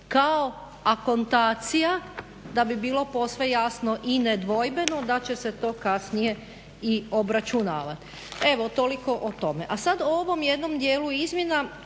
kao akontacija da bi bilo posve jasno i nedvojbeno da će se to kasnije i obračunavat. Evo toliko o tome. A sad o ovom jednom dijelu izmjena